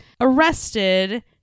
arrested